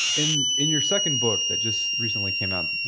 in in your second book that just recently came out,